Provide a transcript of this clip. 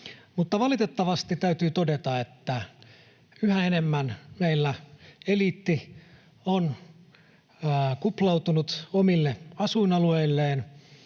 valitettavasti täytyy todeta, että yhä enemmän meillä eliitti on kuplautunut omille asuinalueilleen